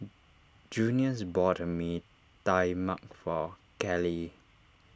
Junius bought Mee Tai Mak for Callie